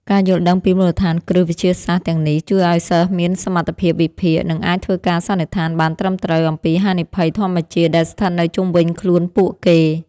ការយល់ដឹងពីមូលដ្ឋានគ្រឹះវិទ្យាសាស្ត្រទាំងនេះ ជួយឱ្យសិស្សមានសមត្ថភាពវិភាគ និងអាចធ្វើការសន្និដ្ឋានបានត្រឹមត្រូវអំពីហានិភ័យធម្មជាតិដែលស្ថិតនៅជុំវិញខ្លួនពួកគេ។